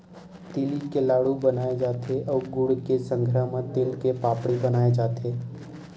तिली के लाडू बनाय जाथे अउ गुड़ के संघरा म तिल के पापड़ी बनाए जाथे